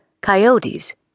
Coyotes